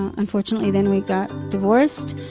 and unfortunately then we got divorced.